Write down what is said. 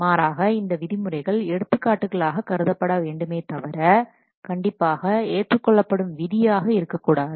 மாறாக இந்த விதிமுறைகள் எடுத்துக்காட்டுகளாக கருதப்பட வேண்டுமே தவிர கண்டிப்பாக ஏற்றுக்கொள்ளப்படும் விதியாக இருக்கக்கூடாது